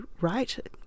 right